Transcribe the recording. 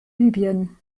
libyen